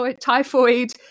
typhoid